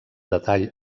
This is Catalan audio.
detall